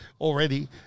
already